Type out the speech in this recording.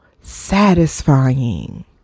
satisfying